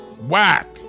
whack